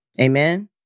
Amen